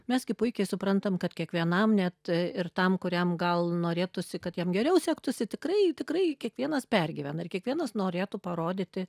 mes gi puikiai suprantam kad kiekvienam net ir tam kuriam gal norėtųsi kad jam geriau sektųsi tikrai tikrai kiekvienas pergyvena ir kiekvienas norėtų parodyti